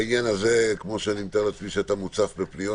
אני מבין שבעניין הזה אתה מוצף בפניות